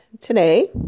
today